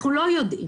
אנחנו יודעים